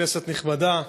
כנסת נכבדה,